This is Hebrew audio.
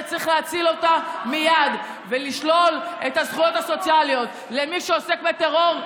וצריך להציל אותה מייד ולשלול את הזכויות הסוציאליות למי שעוסק בטרור.